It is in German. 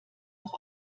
doch